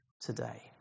today